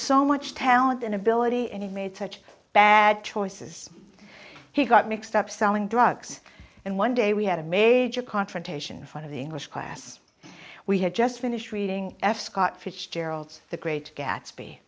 so much talent and ability and he made such bad choices he got mixed up selling drugs and one day we had a major confrontation front of the english class we had just finished reading f scott fitzgerald's the great gatsby